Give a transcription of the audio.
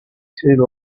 too